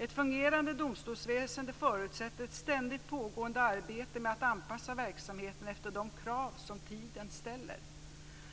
Ett fungerande domstolsväsende förutsätter ett ständigt pågående arbete att anpassa verksamheten efter de krav som tiden ställer.